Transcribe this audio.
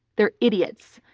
they're idiots.